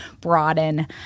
broaden